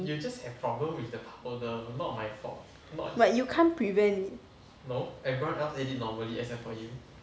but you can't prevent it